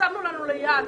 ושמנו לנו ליעד,